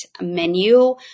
menu